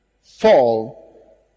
fall